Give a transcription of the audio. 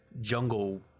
jungle